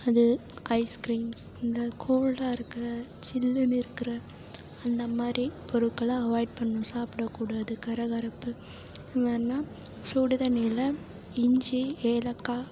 அது ஐஸ்கிரீம்ஸ் இந்த கோல்டாக இருக்க சில்லுனு இருக்கிற அந்த மாதிரி பொருட்களை அவாய்ட் பண்ணணும் சாப்பிடக்கூடாது கரகரப்பு வேணுனா சுடு தண்ணியில் இஞ்சி ஏலக்காய்